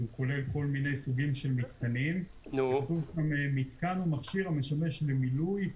שכולל כל מיני סוגים של מתקנים: "מתקן או מכשיר המשמש למילוי,